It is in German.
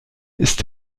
ist